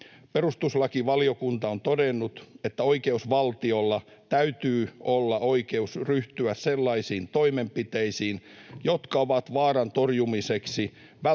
perustuslakivaliokunta on todennut, että oikeusvaltiolla täytyy olla oikeus ryhtyä sellaisiin toimenpiteisiin, jotka ovat vaaran torjumiseksi välttämättömiä,